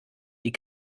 die